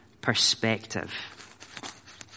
perspective